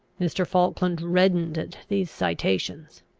mr. falkland reddened at these citations.